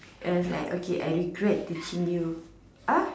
and I was like I regret teaching you ah